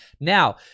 Now